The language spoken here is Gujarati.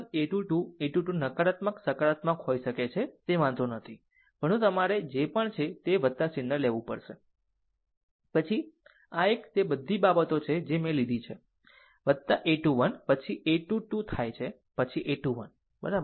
આ a 1 1 a 2 2 a 2 2 નકારાત્મક સકારાત્મક હોઈ શકે છે તે વાંધો નથી પરંતુ તમારે જે પણ છે તે ચિહ્ન લેવું પડશે પછી આ એક તે આ બધી બાબતો છે જે મેં પછી લીધી છે a 21 પછી a 2 2 થાય પછી a 2 1 બરાબર